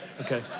Okay